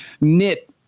knit